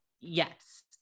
Yes